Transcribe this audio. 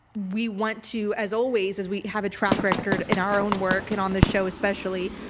we want to, as always, as we have a track record in our own work and on the show especially,